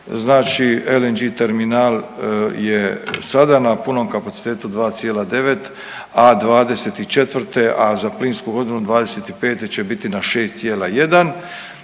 znači LNG terminal je sada na punom kapacitetu 2,9, a '24., a za plinsku godinu '25. će biti na 6,1,